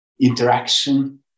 interaction